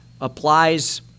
applies